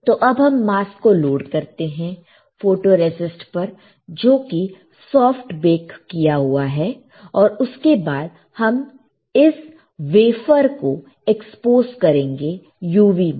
तो अब हम मास्क को लोड करते हैं फोटोरेसिस्ट पर जो कि सॉफ्ट बेक किया हुआ है और उसके बाद हम इस वेफर को एक्सपोज़ करेंगे UV में